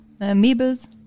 amoebas